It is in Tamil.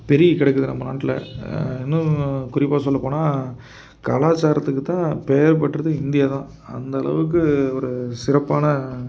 பெருகி கிடக்குது நம்ம நாட்டில இன்னொன்று குறிப்பாக சொல்லப்போனால் கலாச்சாரத்துக்கு தான் பேர் பெற்றது இந்தியா தான் அந்த அளவுக்கு ஒரு சிறப்பான